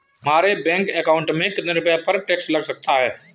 हमारे bank account में कितने रुपये पर टैक्स लग सकता है?